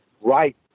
right